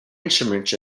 instruments